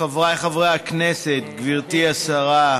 חבריי חברי הכנסת, גברתי השרה,